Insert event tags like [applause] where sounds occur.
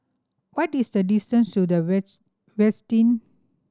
what is the distance to The [unintelligible] Westin